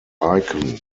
icon